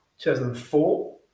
2004